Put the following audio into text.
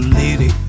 lady